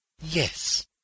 Yes